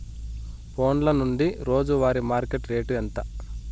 ఫోన్ల నుండి రోజు వారి మార్కెట్ రేటు ఎంత?